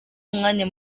umwanya